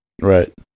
Right